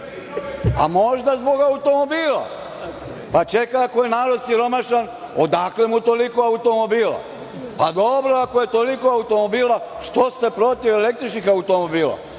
A, možda zbog automobila. Pa, čekaj ako je narod siromašan, odakle mu toliko automobila? Dobro, ako je toliko automobila, što ste protiv električnih automobila? Ja